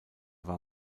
war